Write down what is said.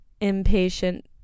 impatient